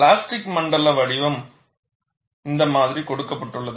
plastic மண்டல வடிவம் இந்த மாதிரி கொடுக்கப்பட்டுள்ளது